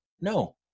No